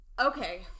Okay